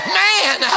man